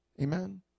Amen